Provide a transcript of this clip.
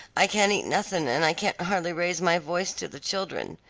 i can't eat nothing, and i can't hardly raise my voice to the children.